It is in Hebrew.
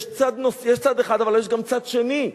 יש צד אחד, אבל יש גם צד שני,